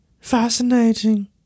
fascinating